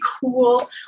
cool